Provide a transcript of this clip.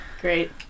Great